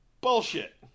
Bullshit